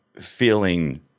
feeling